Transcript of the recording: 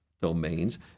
domains